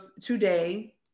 today